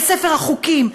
לספר החוקים,